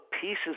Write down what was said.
pieces